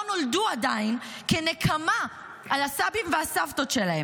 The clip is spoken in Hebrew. נולדו עדיין כנקמה על הסבים והסבתות שלהם.